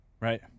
right